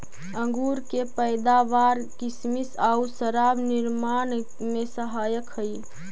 अंगूर के पैदावार किसमिस आउ शराब निर्माण में सहायक हइ